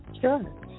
sure